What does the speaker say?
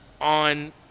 on